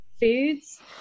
foods